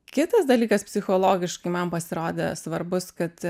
kitas dalykas psichologiškai man pasirodė svarbus kad